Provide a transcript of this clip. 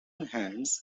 hands